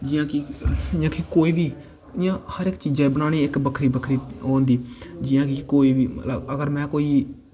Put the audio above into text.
जि'यां कि कोई बी इ'यां हर इक चीजा गी बनाने दी बक्खरी बक्खरी ओह् होंदी जि'यां कि कोई बी मतलब अगर कोई बी